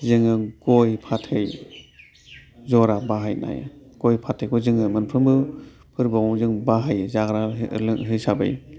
जोङो गय फाथै जरा बाहायनाय गय फाथैखौ जों मोनफ्रोमबो फोरबोआव जों बाहायो जाग्रा हिसाबै